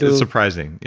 surprising. yeah.